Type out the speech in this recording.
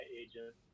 agent